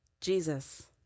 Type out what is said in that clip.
Jesus